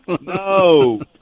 No